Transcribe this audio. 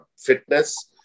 fitness